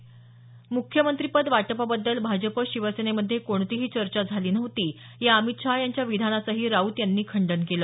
म्ख्यमंत्रीपद वाटपाबद्दल भाजप शिवसेनेमध्ये कोणतीही चर्चा झाली नव्हती या अमित शाह यांच्या विधानाचंही राऊत यांनी खंडन केलं